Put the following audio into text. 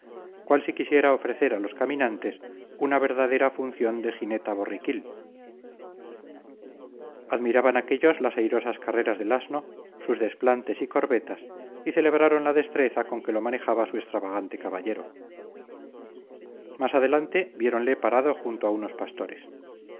cual si quisiera ofrecer a los caminantes una verdadera función de jineta borriquil admiraban aquellos las airosas carreras del asno sus desplantes y corvetas y celebraron la destreza con que lo manejaba su extravagante caballero más adelante viéronle parado junto a unos pastores